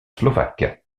slovaques